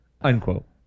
unquote